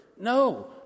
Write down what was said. No